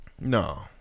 No